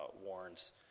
warns